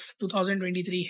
2023